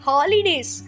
Holidays